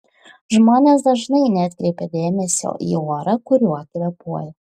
žmonės dažnai neatkreipia dėmesio į orą kuriuo kvėpuoja